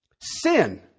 Sin